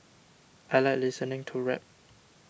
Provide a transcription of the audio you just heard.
I like listening to rap